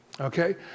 okay